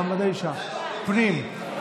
מעמד האישה, פנים.